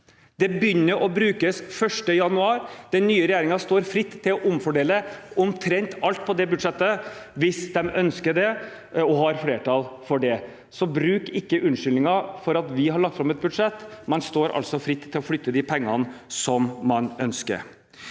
det begynner man å bruke 1. januar. Den nye regjeringen står fritt til å omfordele omtrent alt på det budsjettet hvis de ønsker det – og har flertall for det. Så bruk ikke som unnskyldning at vi har lagt fram et budsjett – man står fritt til å flytte disse pengene slik man ønsker.